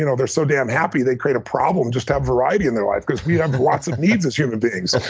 you know they're so damn happy, they create a problem just to have variety in their life because we have lots of needs as human beings,